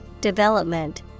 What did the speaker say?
development